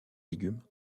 légumes